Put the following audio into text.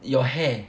your hair